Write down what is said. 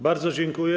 Bardzo dziękuję.